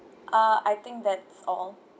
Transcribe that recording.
uh I think that's all